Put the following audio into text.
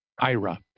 ira